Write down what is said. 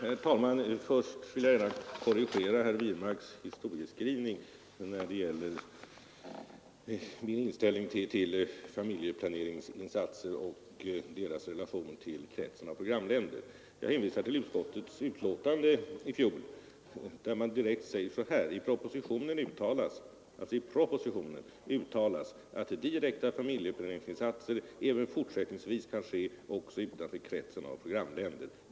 Herr talman! Först vill jag gärna korrigera herr Wirmarks historieskrivning när det gäller min inställning till familjeplaneringsinsatser och deras relation till kretsen av programländer. Jag hänvisar till utskottets betänkande i fjol. I propositionen uttalades att direkta familjeplaneringsinsatser även fortsättningsvis skulle ske också utanför kretsen av programländer.